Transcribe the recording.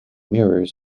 mirrors